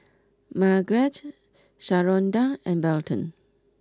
Margret Sharonda and Belton